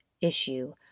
issue